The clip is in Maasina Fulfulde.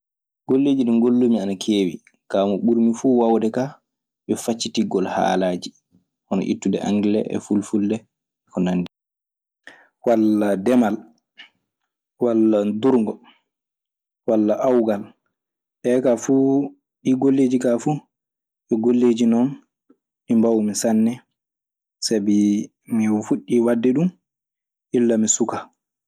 Golleeji ɗi ngollumi ana keewi, kaa mo ɓuri mi fuu waawude ɗun e faccitigol haalaaji. Hono ittude angle e fulfulde e ko nandi hen